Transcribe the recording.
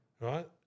Right